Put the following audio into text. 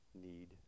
need